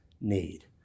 need